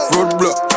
Roadblock